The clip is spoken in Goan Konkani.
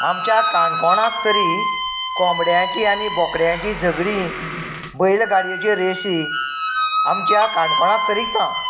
आमच्या काणकोणांत तरी कोंबड्यांची आनी बोकड्यांची झगडी बैल गाडयेच्यो रेशी आमच्या काणकोणांत तरी ना